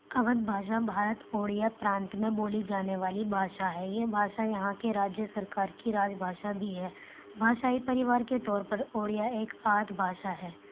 اودھ بھاشا بھارت اوڑیا پرانت میں بولی جانے والی بھاشا ہے یہ بھاشا یہاں کے راجیہ سرکار کی راج بھاشا بھی ہے بھاشائی پریوار کے طور پر اوڑیا ایک آدھ بھاشا ہے